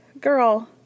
girl